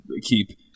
keep